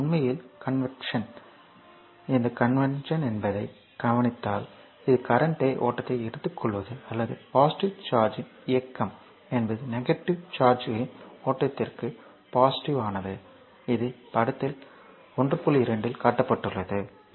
இது உண்மையில் கன்வென்ஷன் எனவே கன்வென்ஷன் என்பதைக் கவனித்தால் இது கரண்ட் ஓட்டத்தை எடுத்துக்கொள்வது அல்லது பாசிடிவ் சார்ஜ்யின் இயக்கம் என்பது நெகட்டிவ் சார்ஜ்களின் ஓட்டத்திற்கு பாசிட்டிவ் ஆனது இது படத்தில் காட்டப்பட்டுள்ளது 1